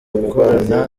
gukorana